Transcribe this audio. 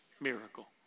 miracle